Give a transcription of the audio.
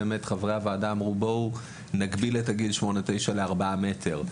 חברי הוועדה אמרו: "בואו נגביל את גיל שמונה-תשע לארבעה מטר".